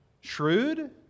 Shrewd